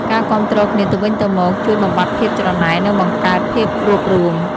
ការគាំទ្រគ្នាទៅវិញទៅមកជួយបំបាត់ភាពច្រណែន និងបង្កើតភាពរួបរួម។